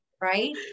right